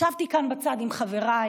ישבתי כאן בצד עם חבריי